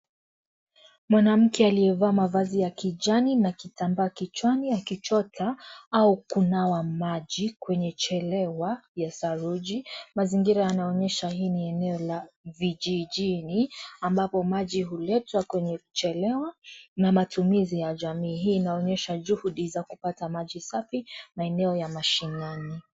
Mwanamke aliyevaa mavazi ya kijani na kitambaa kichwani akichota au kunawa maji kwenye chelewa ya saruji. Mazingira yanaonyesha hii ni eneo la vijijini ambapo maji huletwa kwenye chelewa na matumizi ya jamii. Hii inaonyesha juhudi za kupata maji safi maeneo ya mashinani.